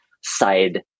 side